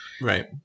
Right